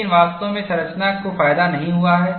लेकिन वास्तव में संरचना को फायदा नहीं हुआ है